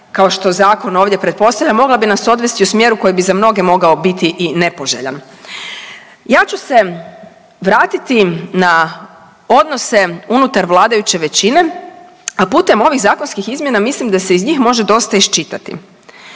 kao što zakon ovdje pretpostavlja, mogla bi nas odvesti u smjeru koji bi za mnoge mogao biti i nepoželjan. Ja ću se vratiti na odnose unutar vladajuće većine a putem ovim zakonskih izmjena, mislim da se iz njih može dosta iščitati.